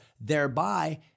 thereby